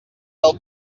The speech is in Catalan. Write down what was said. del